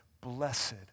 Blessed